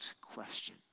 question